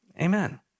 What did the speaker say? Amen